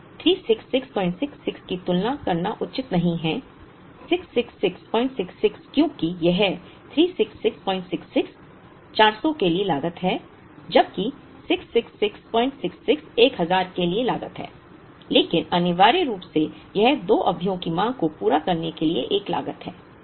अब इस 36666 की तुलना करना उचित नहीं है 66666 क्योंकि यह 36666 400 के लिए लागत है जबकि 66666 1000 के लिए लागत है लेकिन अनिवार्य रूप से यह 2 अवधियों की मांग को पूरा करने के लिए एक लागत है